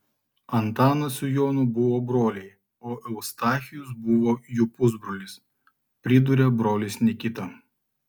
antanas su jonu buvo broliai o eustachijus buvo jų pusbrolis priduria brolis nikita